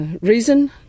reason